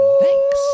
Thanks